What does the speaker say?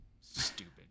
Stupid